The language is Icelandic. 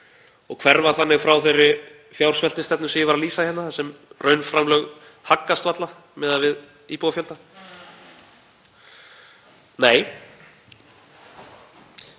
og hverfa þannig frá þeirri fjársveltistefnu sem ég var að lýsa hérna þar sem raunframlög haggast varla miðað við íbúafjölda? Nei.